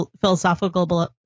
philosophical